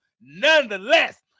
nonetheless